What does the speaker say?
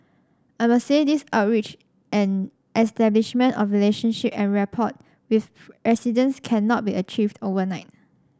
I must say these outreach and establishment of relationship and rapport with residents cannot be achieved overnight